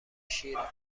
شیرند